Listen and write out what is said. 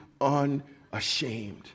unashamed